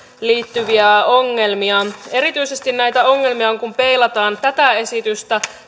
liittyviä ongelmia erityisesti näitä ongelmia on kun peilataan tätä esitystä